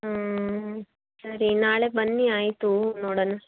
ಹಾಂ ಸರಿ ನಾಳೆ ಬನ್ನಿ ಆಯಿತು ನೋಡಣ